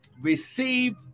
receive